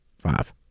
five